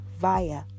via